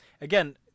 Again